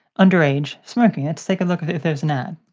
underaged smoking. let's take a look if there's an ad.